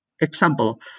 Example